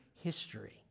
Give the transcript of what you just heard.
history